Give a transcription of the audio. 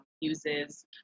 uses